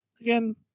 Again